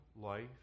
life